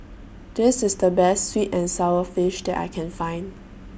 This IS The Best Sweet and Sour Fish that I Can Find